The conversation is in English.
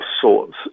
sorts